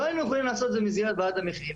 לא היינו יכולים לעשות את זה במסגרת ועדת המחירים.